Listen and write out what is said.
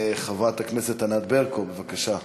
חברת הכנסת ד"ר ענת ברקו, בבקשה.